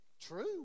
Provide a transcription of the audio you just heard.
true